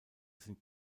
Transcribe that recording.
sind